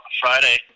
Friday